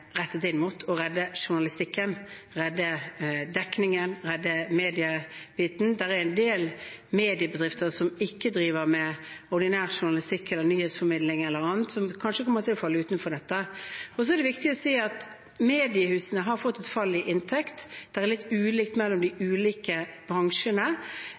rettet inn mot – å redde journalistikken, redde dekningen, redde mediebiten. Det er en del mediebedrifter som ikke driver med ordinær journalistikk, nyhetsformidling eller annet, som kanskje kommer til å falle utenfor dette. Det er viktig å si at mediehusene har fått et fall i inntekt. Det er litt ulikt mellom de ulike bransjene,